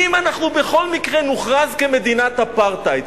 אם אנחנו בכל מקרה נוכרז כמדינת אפרטהייד,